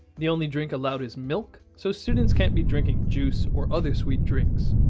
the only drink allowed is milk, so students can't be drinking juice or other sweet drinks.